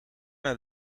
naar